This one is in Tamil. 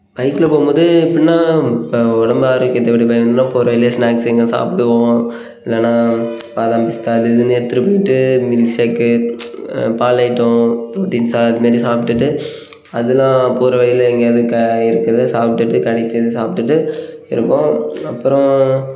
பைக்கில் போகும் போது எப்பட்ன்னா இப்போ உடம்பு ஆரோக்கியத்தை விட வேணும்னா போகிறோம் வெளியே ஸ்நாக்ஸ் எங்காவது சாப்பிடுவோம் இல்லைன்னா பாதாம் பிஸ்தா அது இதுன்னு எடுத்துகிட்டு போயிட்டு மில்க் ஷேக்கு பால் ஐட்டம் புரோட்டீன்ஸா அது மாரி சாப்பிட்டுட்டு அதெல்லாம் போகிற வழியில் எங்கயாவது க இருக்கிறத சாப்பிட்டுட்டு கிடைச்சத சாப்பிட்டுட்டு இருப்போம் அப்புறோம்